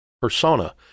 persona